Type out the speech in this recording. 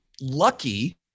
lucky